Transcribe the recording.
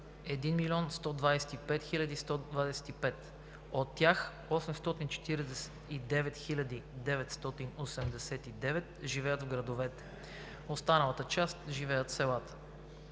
и 125. От тях 849 хиляди и 989 живеят в градовете. Останалата част живеят в селата.